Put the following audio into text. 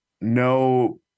no